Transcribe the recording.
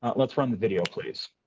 ah let's run the video, please.